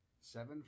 Seven